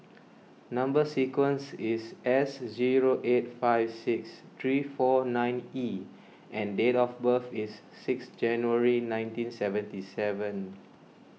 Number Sequence is S zero eight five six three four nine E and date of birth is six January nineteen seventy seven